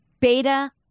beta